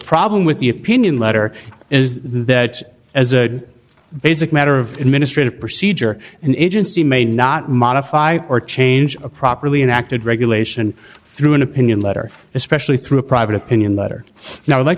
problem with the opinion letter is that as a basic matter of administrative procedure an agency may not modify or change a properly and acted regulation through an opinion letter especially through a private opinion letter now like